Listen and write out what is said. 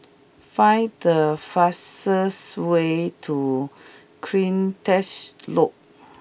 find the fastest way to Cleantech Loop